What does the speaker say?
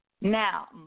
Now